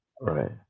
right